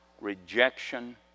rejection